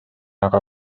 aga